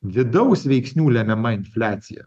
vidaus veiksnių lemiama infliacija